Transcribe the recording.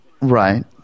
Right